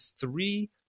three